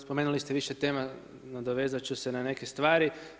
Spomenuli ste više tema, nadovezat ću se na neke stvari.